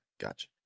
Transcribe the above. Gotcha